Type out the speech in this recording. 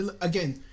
again